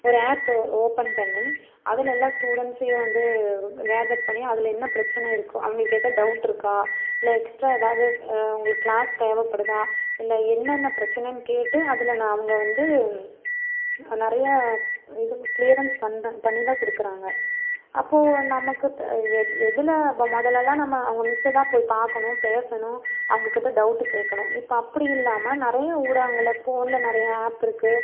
ஒரு app open பண்ணி அதில் எல்லாம் ஸ்டூடண்ட்ஸையும் வந்து கேதர் பண்ணி அதில் என்ன பிரச்சனை இருக்கோ அவங்களுக்கு ஏதோ டவுட் இருக்கா இல்லை எக்ஸ்ட்ரா எதாவது அவங்களுக்கு க்ளாஸ் தேவைப்படுதா இல்லை என்னென்ன பிரச்சனைன்னு கேட்டு அதில் நான் அவங்க வந்து அது நிறையா இது க்ளியரன்ஸ் பண்ணுற பண்ணி தான் கொடுக்குறாங்க அப்போது நமக்கு த எது எதில் முதல்லலாம் நம்ம அவங்க மிஸ்ஸை தான் போய் பார்க்கணும் பேசணும் அவங்ககிட்ட டவுட்டு கேட்கணும் இப்போ அப்படி இல்லாமல் நிறையா ஊடகங்கள்ல ஃபோன்ல நிறையா ஆப் இருக்குது